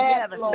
heaven